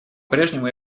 прежнему